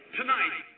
tonight